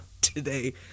today